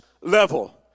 level